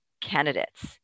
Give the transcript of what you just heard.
candidates